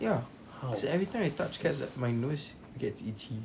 ya cause every time I touch cats like my nose gets itchy